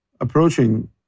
approaching